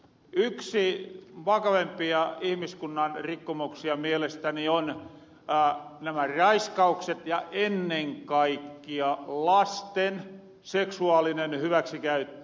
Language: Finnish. yksi vakavempia ihmiskunnan rikkomuksia mielestäni on nämä raiskaukset ja ennen kaikkia lasten seksuaalinen hyväksikäyttö